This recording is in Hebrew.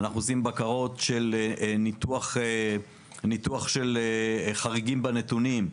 בקרות של ניתוח של חריגים בנתונים,